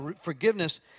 forgiveness